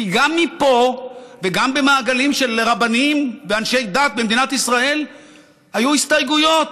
כי גם מפה וגם במעגלים של רבנים ואנשי דת במדינת ישראל היו הסתייגויות.